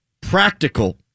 practical